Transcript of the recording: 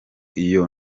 iyo